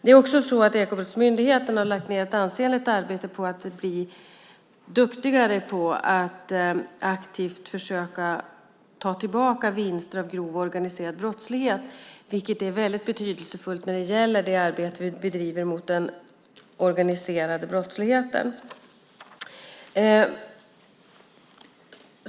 Ekobrottsmyndigheten har lagt ned ett ansenligt arbete på att bli duktigare på att aktivt försöka ta tillbaka vinster av grov organiserad brottslighet, vilket är betydelsefullt för det arbete vi bedriver mot denna brottslighet.